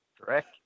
Correct